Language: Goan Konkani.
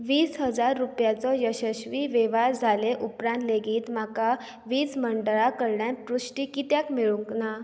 वीस हजार रुपयाचो यशश्वी वेव्हार जाले उपरांत लेगीत म्हाका वीज मंडळा कडल्यान पुश्टी कित्याक मेळूंक ना